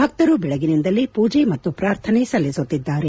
ಭಕ್ತರು ಬೆಳಗಿನಿಂದಲೇ ಪೂಜೆ ಮತ್ತು ಪ್ರಾರ್ಥನೆ ಸಲ್ಲಿಸುತ್ತಿದ್ದಾರೆ